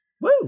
Woo